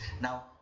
Now